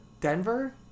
Denver